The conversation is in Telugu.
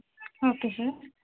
okay sir